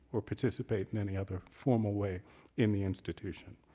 or participate in any other formal way in the institution.